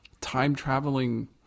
time-traveling